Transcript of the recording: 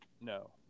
No